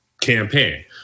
campaign